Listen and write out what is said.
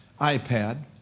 iPad